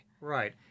Right